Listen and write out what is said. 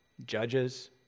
Judges